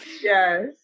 Yes